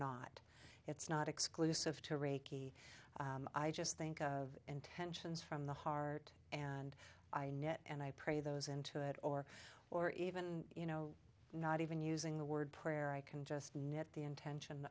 not it's not exclusive to reiki i just think of intentions from the heart and i net and i pray those into it or or even you know not even using the word prayer i can just net the intention